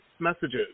messages